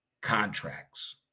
Contracts